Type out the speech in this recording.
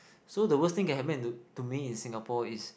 so the worst thing that can happen to me in Singapore is